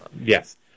Yes